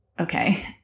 Okay